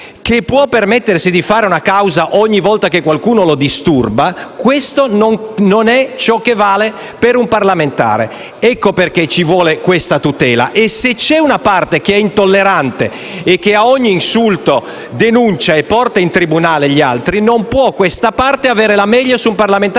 che può permettersi di fare una causa ogni volta che qualcuno lo disturba, questo non vale per un parlamentare. Ecco perché è necessaria questa tutela e se c'è una parte che è intollerante e che a ogni insulto denuncia e porta in tribunale gli altri, non può questa parte avere la meglio su un parlamentare